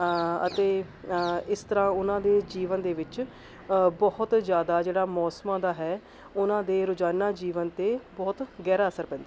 ਅਤੇ ਇਸ ਤਰ੍ਹਾਂ ਉਹਨਾਂ ਦੇ ਜੀਵਨ ਦੇ ਵਿੱਚ ਬਹੁਤ ਜ਼ਿਆਦਾ ਜਿਹੜਾ ਮੌਸਮਾਂ ਦਾ ਹੈ ਉਹਨਾਂ ਦੇ ਰੋਜ਼ਾਨਾ ਜੀਵਨ 'ਤੇ ਬਹੁਤ ਗਹਿਰਾ ਅਸਰ ਪੈਂਦਾ ਹੈ